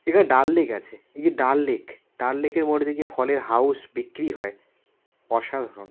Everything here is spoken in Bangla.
এখানে ডাল লেক আছে এই যে ডাল লেক ডাল লেকের মধ্যে যে ফলের হাউস বিক্রি হয় অসাধারণ